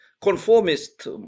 conformist